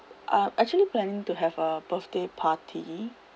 uh I'm actually planning to have a birthday party